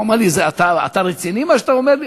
הוא אמר לי: זה, אתה רציני במה שאתה אומר לי?